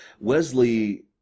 Wesley